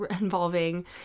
involving